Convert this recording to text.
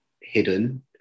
hidden